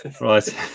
Right